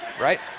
right